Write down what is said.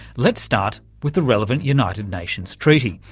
let's start with the relevant united nations treaty.